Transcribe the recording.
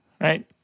right